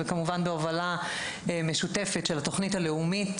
בהובלה של התוכנית הלאומית.